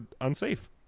unsafe